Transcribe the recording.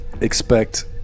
expect